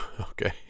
Okay